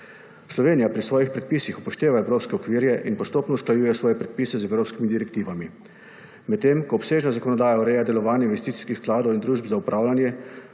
Slovenija pri svojih predpisih upošteva evropske okvirje in postopno usklajuje svoje predpise z evropskimi direktivami. Medtem, ko obsežna zakonodaja ureja delovanje investicijskih skladov in družb za upravljanje,